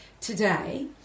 today